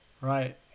Right